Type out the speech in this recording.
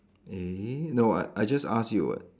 eh no [what] I just asked you [what]